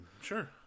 sure